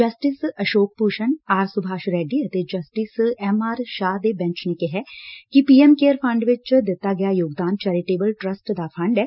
justice Ashok Bhushan R Subhash Reddy ਅਤੇ justice M R Shah ਦੇ bench ਨੇ ਕਿਹੈ ਕਿ ਐਮ ਪੀ ਕੇਅਰ ਫੰਡ ਚ ਦਿੱਡਾ ਗਿਆ ਯੋਗਦਾਨ ਚੈਰੀਟੇਬਲ ਟਰੱਸਟ ਦਾ ਫੰਡ ਏ